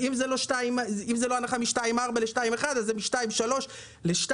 אם זה לא הנחה מ-2.4 ל-2.1, אז זה מ-2.3 ל-2.